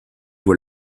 voit